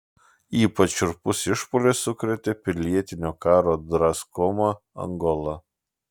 ypač šiurpus išpuolis sukrėtė pilietinio karo draskomą angolą